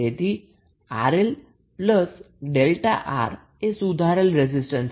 તેથી 𝑅𝐿𝛥𝑅 એ સુધારેલ રેઝિસ્ટન્સ હશે